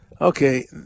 Okay